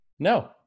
No